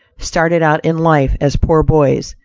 started out in life as poor boys,